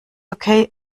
okay